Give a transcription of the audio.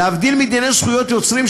להבדיל מדיני זכויות יוצרים,